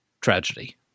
tragedy